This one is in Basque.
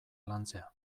lantzea